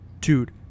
dude